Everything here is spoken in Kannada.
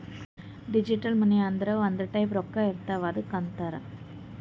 ಡಿಜಿಟಲ್ ಮನಿ ಅಂದುರ್ ಒಂದ್ ಟೈಪ್ ರೊಕ್ಕಾ ಇರ್ತಾವ್ ಅದ್ದುಕ್ ಅಂತಾರ್